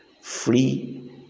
free